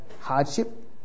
hardship